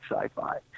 sci-fi